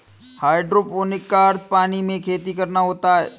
hydroponic का अर्थ पानी में खेती करना होता है